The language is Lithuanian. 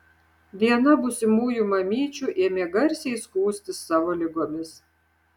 viena būsimųjų mamyčių ėmė garsiai skųstis savo ligomis